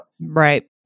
Right